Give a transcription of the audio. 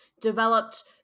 developed